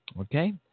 Okay